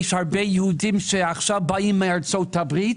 יש הרבה יהודים שבאים עכשיו מארצות הברית,